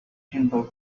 gentle